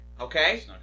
Okay